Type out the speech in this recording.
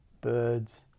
birds